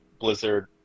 Blizzard